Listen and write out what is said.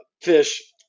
fish